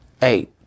hey